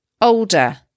older